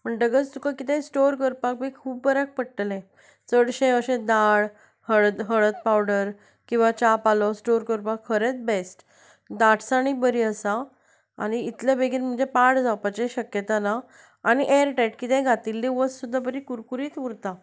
म्हणटकच तुका कितेंय स्टोर करपाक बी खूब बऱ्याक पडटलें चडशें अशें दाळ हळद हळद पावडर किंवा चा पालो स्टोर करपाक खरेंच बेस्ट दाटसाणय बरी आसा आनी इतले बेगीन म्हणजे पाड जावपाची शक्यता ना आनी एअर टायट कितेंय घातिल्ली वस्त सुद्दां बरी कुरकुरीत उरता